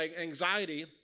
anxiety